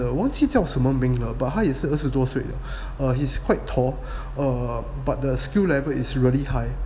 忘忘记叫什么名了 but 他也是二十多岁的 err he's quite tall or but the skill level is really high